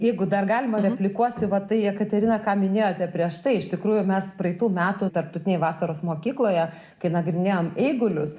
jeigu dar galima replikuosiu va tai jekaterina ką minėjote prieš tai iš tikrųjų mes praeitų metų tarptautinėj vasaros mokykloje kai nagrinėjom eigulius